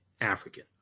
African